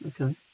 Okay